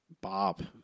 Bob